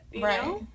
Right